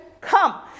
come